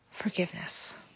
Forgiveness